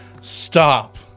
stop